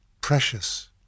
precious